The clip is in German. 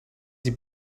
sie